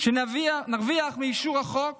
שנרוויח מאישור החוק